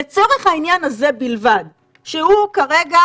לצורך העניין הזה בלבד שהוא כרגע,